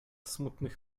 smutnych